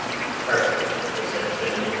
arthur was next to me,